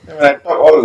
don't know